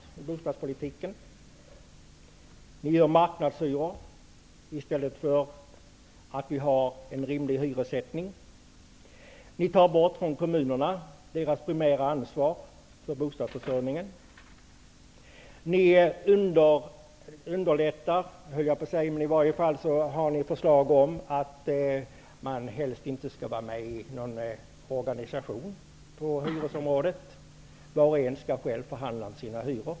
Ni vill införa marknadshyror i stället för att tillämpa en rimlig hyressättning. Ni tar bort kommunernas primära ansvar för bostadsförsörjningen. Ni har föreslagit att hyresgästerna helst inte skall vara med i någon organisation. Var och en skall förhandla om sin hyra.